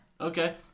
Okay